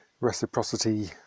reciprocity